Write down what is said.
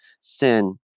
sin